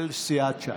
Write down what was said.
של סיעת ש"ס.